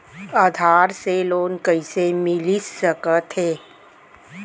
आधार से लोन कइसे मिलिस सकथे?